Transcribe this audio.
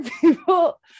people